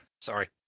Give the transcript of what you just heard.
Sorry